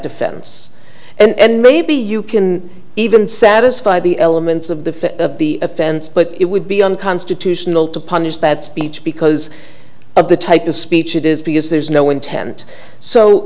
defense and maybe you can even satisfy the elements of the of the offense but it would be unconstitutional to punish bad speech because of the type of speech it is because there's no intent so